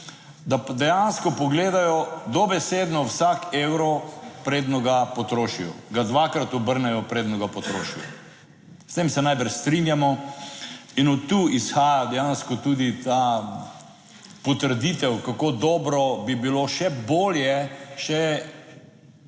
da dejansko pogledajo dobesedno vsak evro preden ga potrošijo, ga dvakrat obrnejo preden ga potrošijo. S tem se najbrž strinjamo in od tu izhaja dejansko tudi ta potrditev kako dobro bi bilo še bolje